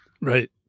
Right